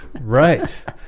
Right